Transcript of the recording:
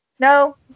no